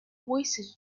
voices